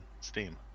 steam